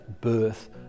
birth